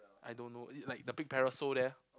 I don't know it like the big parasol there